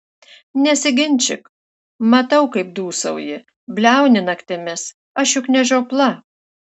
nesiginčyk matau kaip dūsauji bliauni naktimis aš juk ne žiopla